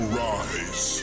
rise